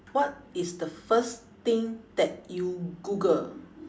what is the first thing that you google